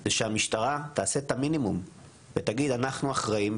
זה שהמשטרה תעשה את המינימום ותגיד: אנחנו אחראים,